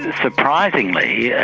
and surprisingly, yeah